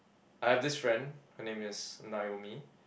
I have this friend her name is Naomi